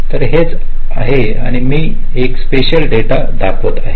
तर हेच ते आहे आणि मी एक सॅम्पल डेटा दाखवत आहे